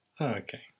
Okay